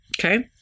Okay